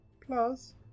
plus